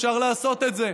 אפשר לעשות את זה,